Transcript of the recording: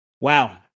wow